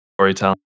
Storytelling